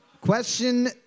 Question